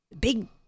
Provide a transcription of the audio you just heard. big